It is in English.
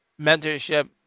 mentorship